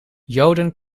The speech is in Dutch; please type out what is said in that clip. joden